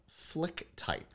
FlickType